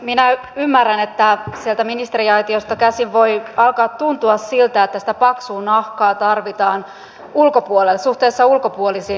minä ymmärrän että sieltä ministeriaitiosta käsin voi alkaa tuntua siltä että sitä paksua nahkaa tarvitaan suhteessa ulkopuolisiin ihmisiin